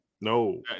No